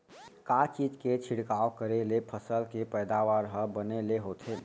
का चीज के छिड़काव करें ले फसल के पैदावार ह बने ले होथे?